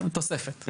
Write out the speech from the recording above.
תוספת.